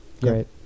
Great